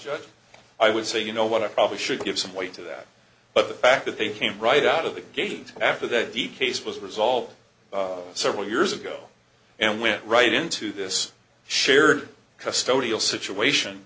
just i would say you know what i probably should give some weight to that but the fact that they came right out of the gate after the case was resolved several years ago and went right into this shared custody all situation